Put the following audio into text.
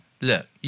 Look